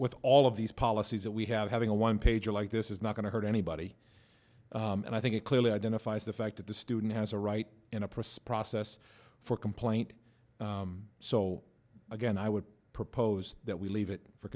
with all of these policies that we have having a one pager like this is not going to hurt anybody and i think it clearly identifies the fact that the student has a right in a prosperous us for complaint so again i would propose that we leave it for